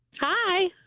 Hi